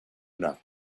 enough